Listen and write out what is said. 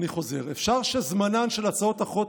אני חוזר: "אפשר שזמנן" של הצעות החוק,